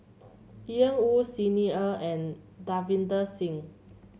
Ian Woo Xi Ni Er and Davinder Singh